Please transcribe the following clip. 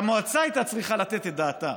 שהמועצה הייתה צריכה לתת את דעתה,